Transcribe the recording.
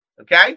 Okay